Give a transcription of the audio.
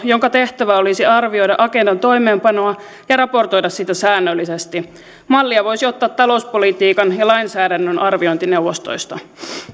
jonka tehtävä olisi arvioida agendan toimeenpanoa ja raportoida siitä säännöllisesti mallia voisi ottaa talouspolitiikan ja lainsäädännön arviointineuvostoista